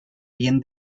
bien